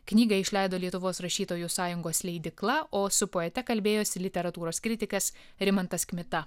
knygą išleido lietuvos rašytojų sąjungos leidykla o su poete kalbėjosi literatūros kritikas rimantas kmita